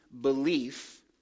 belief